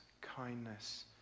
kindness